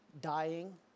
dying